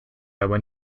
when